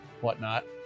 whatnot